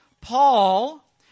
Paul